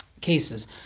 Cases